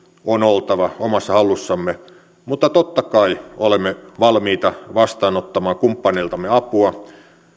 on oltava omassa hallussamme mutta totta kai olemme valmiita vastaanottamaan kumppaneiltamme apua